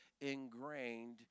ingrained